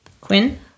Quinn